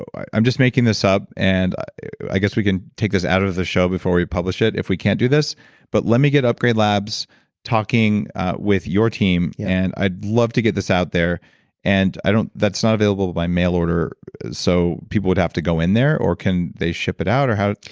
i'm just making this up and i guess we can take this out of the show before we publish it, if we can't do this but let me get upgrade labs talking with your team and i'd love to get this out there and i don't, that's not available by mail order so people would have to go in there or can they ship it out or how?